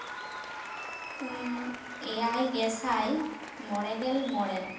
ᱮᱭᱟᱭ ᱜᱮᱥᱟᱭ ᱢᱚᱬᱮ ᱜᱮᱞ ᱢᱚᱬᱮ